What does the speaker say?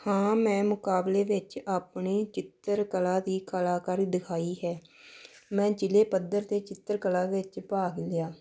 ਹਾਂ ਮੈਂ ਮੁਕਾਬਲੇ ਵਿੱਚ ਆਪਣੀ ਚਿੱਤਰ ਕਲਾ ਦੀ ਕਲਾਕਾਰੀ ਦਿਖਾਈ ਹੈ ਮੈਂ ਜ਼ਿਲ੍ਹੇ ਪੱਧਰ 'ਤੇ ਚਿੱਤਰ ਕਲਾ ਵਿੱਚ ਭਾਗ ਲਿਆ